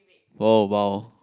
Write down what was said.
oh !wow!